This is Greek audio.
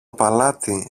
παλάτι